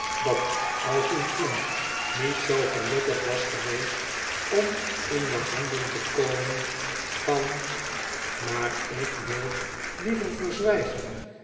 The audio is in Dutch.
dat als uw vriend niet zoo gelukkig was geweest om in de handen te komen van maar ik wil liever verzwijgen